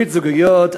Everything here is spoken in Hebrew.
ברית זוגיות,